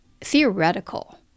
theoretical